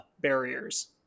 barriers